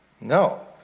No